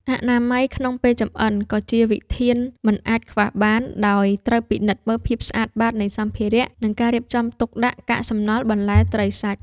អនាម័យក្នុងពេលចម្អិន ក៏ជាវិធានមិនអាចខ្វះបាន ដោយត្រូវពិនិត្យមើលភាពស្អាតបាតនៃសម្ភារៈ និងការរៀបចំទុកដាក់កាកសំណល់បន្លែត្រីសាច់។